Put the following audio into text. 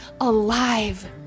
alive